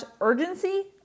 urgency